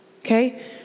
Okay